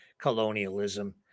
Colonialism